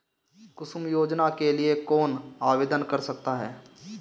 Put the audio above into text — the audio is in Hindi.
कुसुम योजना के लिए कौन आवेदन कर सकता है?